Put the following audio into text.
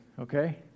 okay